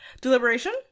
Deliberation